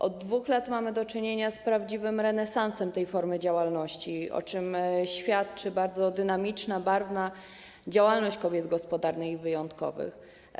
Od 2 lat mamy do czynienia z prawdziwym renesansem tej formy działalności, o czym świadczy bardzo dynamiczna, barwna działalność kobiet gospodarnych i wyjątkowych.